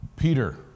Peter